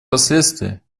последствия